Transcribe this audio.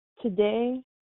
Today